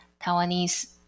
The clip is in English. Taiwanese